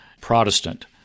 Protestant